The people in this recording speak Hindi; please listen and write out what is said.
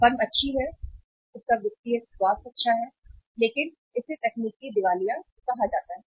फर्म अच्छी है एक अच्छा वित्तीय स्वास्थ्य है लेकिन इसे तकनीकी दिवालिया कहा जाता है